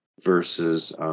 versus –